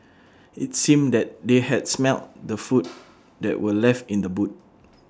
IT seemed that they had smelt the food that were left in the boot